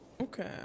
Okay